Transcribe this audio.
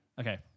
Okay